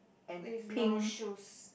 with no shoes